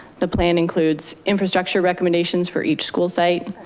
the plan includes infrastructure recommendations for each school site,